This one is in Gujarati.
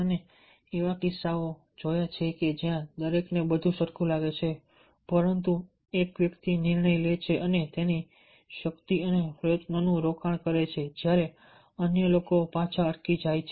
અમે એવા કિસ્સાઓ જોયા છે કે જ્યાં દરેકને બધું સરખું લાગે છે પરંતુ એક વ્યક્તિ નિર્ણય લે છે અને તેની શક્તિ અને પ્રયત્નોનું રોકાણ કરે છે જ્યારે અન્ય લોકો પાછા અટકી જાય છે